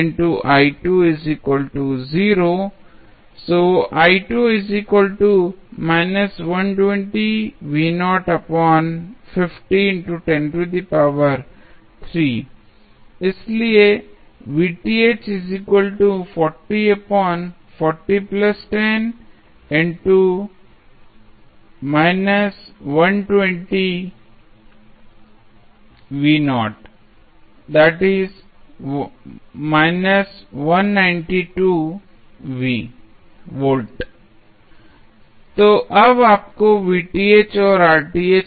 यह होगा Therefore इसलिए तो अब आपको और मिला है